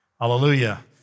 Hallelujah